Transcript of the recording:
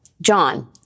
John